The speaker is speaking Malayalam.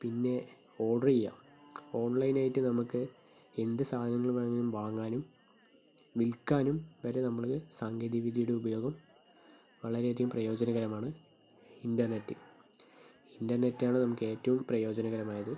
പിന്നെ ഓർഡർ ചെയ്യാം ഓൺലൈനായിട്ട് നമുക്ക് എന്ത് സാധനങ്ങൾ വേണമെങ്കിലും വാങ്ങാനും വിൽക്കാനും വരെ നമ്മള് സാങ്കേതിക വിദ്യയുടെ ഉപയോഗം വളരെയധികം പ്രയോജനകരമാണ് ഇൻ്റർനെറ്റ് ഇൻ്റർനെറ്റാണ് നമുക്ക് ഏറ്റവും പ്രയോജനകരമായത്